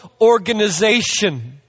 organization